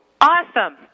Awesome